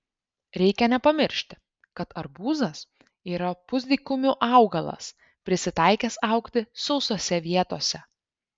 reikia nepamiršti kad arbūzas yra pusdykumių augalas prisitaikęs augti sausose vietose